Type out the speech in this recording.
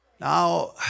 Now